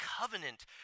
covenant